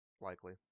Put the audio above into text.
likely